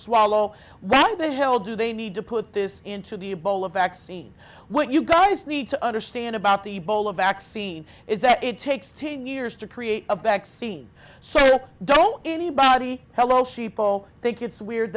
swallow why the hell do they need to put this into the ebola vaccine what you guys need to understand about the bowl of vaccine is that it takes ten years to create a vaccine so don't anybody hello sheeple think it's weird